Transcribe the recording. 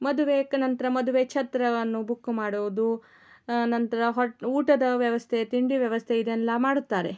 ಮದುವೆಗೆ ನಂತರ ಮದುವೆ ಛತ್ರವನ್ನು ಬುಕ್ ಮಾಡೋದು ನಂತರ ಹೊಟ್ಟೆ ಊಟದ ವ್ಯವಸ್ಥೆ ತಿಂಡಿ ವ್ಯವಸ್ಥೆ ಇದೆಲ್ಲ ಮಾಡುತ್ತಾರೆ